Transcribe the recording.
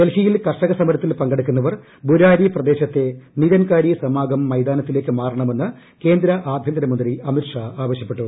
ഡൽഹിയിൽ കർഷക സമരത്തിൽ പങ്കെടുക്കുന്നവർ ബുരാരി പ്രദേശത്തെ നിരൻകാരി സമാഗം മൈതാനത്തിലേക്ക് മാറണമെന്ന് കേന്ദ്ര ആഭ്യന്തര മന്ത്രി അമിത് ഷാ ആവശ്യപ്പെട്ടു